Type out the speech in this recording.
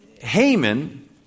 Haman